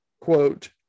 quote